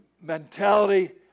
mentality